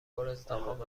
پرازدحام